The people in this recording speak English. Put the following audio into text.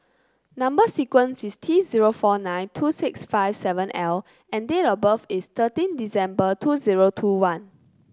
number sequence is T zero four nine two six five seven L and date of birth is thirteen December two zero two one